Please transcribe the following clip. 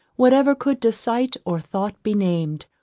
whatever could to sight or thought be nam'd!